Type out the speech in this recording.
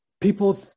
People